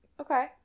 Okay